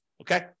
okay